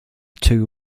two